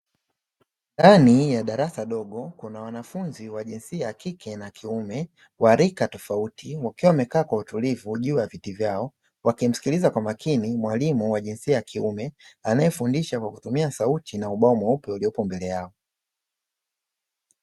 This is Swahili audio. Ndani ya darasa dogo kuna wanafunzi wa jinsia ya kike na kiume, wa rika tofauti wakiwa wamekaa kwa utulivu juu ya viti vyao, wakimsikiliza kwa makini mwalimu wa jinsia ya kiume, anayefundisha kwa kutumia sauti na ubao mweupe ulioko mbele yao.